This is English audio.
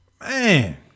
Man